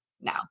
now